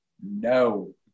No